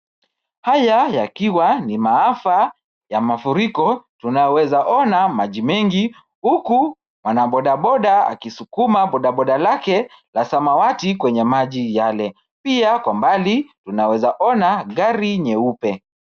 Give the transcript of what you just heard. Haya yakiwa ni maafa ya mafuriko. Tunayoweza ona maji mengi huku wanaboda boda akisukuma boda boda lake la samawati kwenye maji yale. Pia kwa mbali tunaweza ona gari nyeupe.